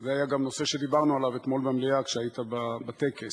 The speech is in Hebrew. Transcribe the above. זה נושא שדיברנו עליו גם אתמול במליאה כשהיית בטקס.